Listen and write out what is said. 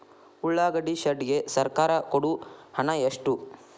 ಉಳ್ಳಾಗಡ್ಡಿ ಶೆಡ್ ಗೆ ಸರ್ಕಾರ ಕೊಡು ಹಣ ಎಷ್ಟು?